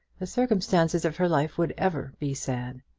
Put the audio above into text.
the circumstances of her life would ever be sad.